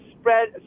spread